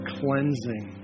cleansing